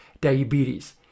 diabetes